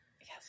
Yes